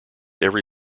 every